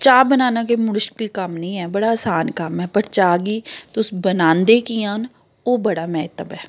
चाह् बनाना कोई मुश्कल कम्म निं ऐ बड़ा असान कम्म ऐ पर चाह् तुस बनांदे कि'यां न ओह् बड़ा म्हत्तव ऐ